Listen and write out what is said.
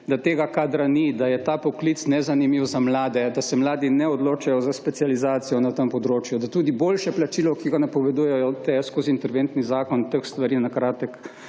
da tega kadra ni, da je ta poklic nezanimiv za mlade, da se mladi ne odločajo za specializacijo na tem področju, da tudi boljše plačilo, ki ga napovedujejo skozi interventni zakon, teh stvari na kratek